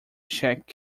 check